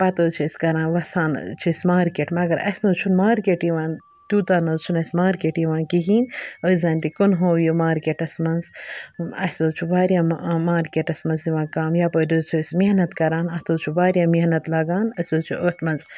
پتہٕ حٕظ چھِ ٲسۍ کَران وَسان چھِ أسۍ مارکٮ۪ٹ مَگر اَسہِ نہ حٕظ چھُ مارکٮ۪ٹ یِوان تِیوٗتاہ نہ حظ چھُ اسہِ مارکٮ۪ٹ یِوان کِہیٖنۍ أسۍ زَن تہِ کٕنہوو یہِ مارکٮ۪ٹَس منٛز اسہِ حظ چھُ واریاہ ماکٮ۪ٹَس منٛز یِوان کَم یَپٲرۍ حظ چھِ أسۍ مٮ۪حنَت کَران اَتھ حٕظ چھُ واریاہ مٮ۪حنَت لَگان أسۍ حٕظ چھِ أتھۍ مَنٛز آسان